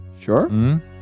Sure